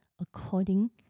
according